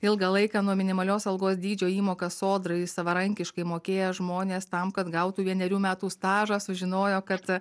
ilgą laiką nuo minimalios algos dydžio įmokas sodrai savarankiškai mokėję žmonės tam kad gautų vienerių metų stažą sužinojo kad